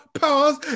pause